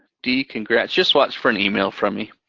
d, congrats, just watch for an email from me.